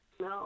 No